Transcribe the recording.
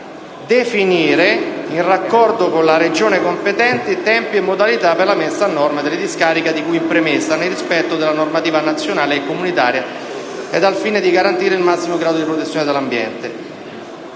didefinire, in raccordo con la Regione competente, tempi e modalità per la messa a norma delle discariche di cui in premessa, nel rispetto della normativa nazionale e comunitaria ed al fine di garantire il massimo grado di protezione dell'ambiente.